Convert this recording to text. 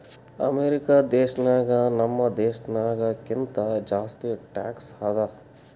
America ದೇಶನಾಗ್ ನಮ್ ದೇಶನಾಗ್ ಕಿಂತಾ ಜಾಸ್ತಿ ಟ್ಯಾಕ್ಸ್ ಅದಾ